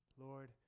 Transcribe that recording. Lord